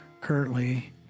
currently